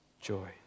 joy